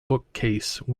bookcase